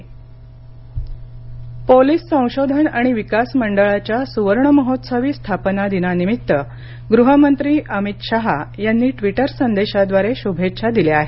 Amit Shah police संशोधन आणि विकास मंडळाच्या सुवर्ण महोत्सवी स्थापना दिनानिमित्त गृह मंत्री अमित शहा यांनी ट्विटर संदेशाद्वारे शुभेच्छा दिल्या आहेत